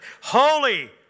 Holy